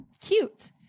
Cute